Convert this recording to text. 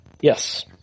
Yes